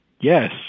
Yes